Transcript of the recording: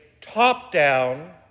top-down